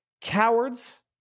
cowards